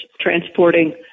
transporting